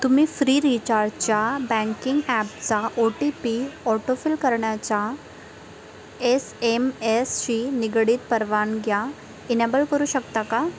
तुम्ही फ्रीरिचार्जच्या बँकिंग ॲपचा ओ टी पी ऑटोफिल करण्याच्या एस एम एसशी निगडीत परवानग्या इनॅबल करू शकता का